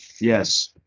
Yes